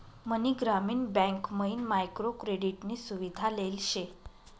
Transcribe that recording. मनी ग्रामीण बँक मयीन micro credit नी सुविधा लेल शे